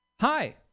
Hi